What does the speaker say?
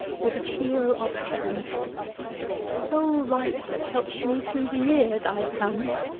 with a feel of heaven sole light that helps me through the year, thy sun's!